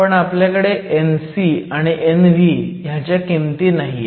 पण आपल्याकडे Nc आणि Nv च्या किंमती नाहीयेत